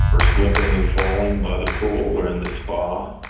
or slipping and falling by the pool, or in the spa,